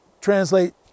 translate